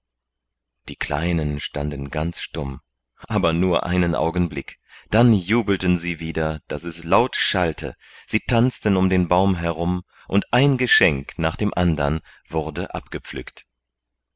die kleinen standen ganz stumm aber nur einen augenblick dann jubelten sie wieder daß es laut schallte sie tanzten um den baum herum und ein geschenk nach dem andern wurde abgepflückt